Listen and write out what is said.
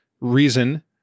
reason